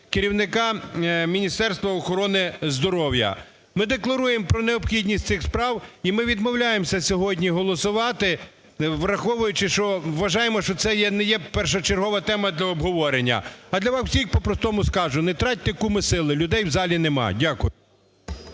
керівника Міністерства охорони здоров'я. Ми декларуємо про необхідність цих справ, і ми відмовляємося сьогодні голосувати, враховуючи, що вважаємо, що це не є першочергова тема для обговорення. А для вас всіх по-простому скажу: не тратьте, куме, сили, людей в залі нема. Дякую.